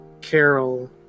Carol